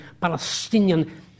Palestinian